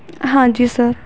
ਹਾਂਜੀ ਸਰ